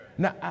Now